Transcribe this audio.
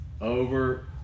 over